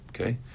okay